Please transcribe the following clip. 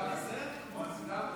אחרי שמנעו